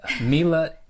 Mila